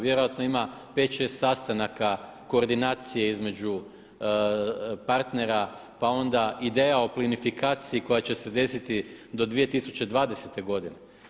Vjerojatno ima 5, 6 sastanaka koordinacije između partnera, pa onda ideja o plinifikaciji koja će se desiti do 2020. godine.